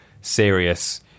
serious